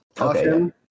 Okay